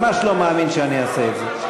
ממש לא מאמין שאני אעשה את זה.